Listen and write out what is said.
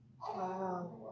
Wow